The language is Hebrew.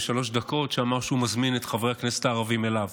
שלוש דקות ואמר שהוא מזמין את חברי הכנסת הערבים אליו.